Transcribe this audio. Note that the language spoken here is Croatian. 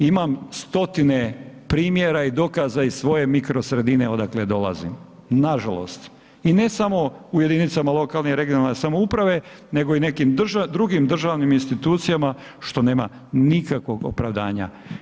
Imam stotine primjera i dokaza iz svoje mikrosredine odakle dolazim, nažalost i ne samo u jedinicama lokalne samouprave nego i u nekim drugim državnim institucijama što nema nikakvog opravdanja.